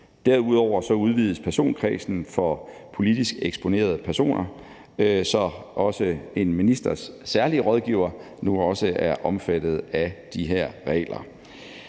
Derudover udvides personkredsen for politisk eksponerede personer, så også en ministers særlige rådgiver nu bliver omfattet af de her regler.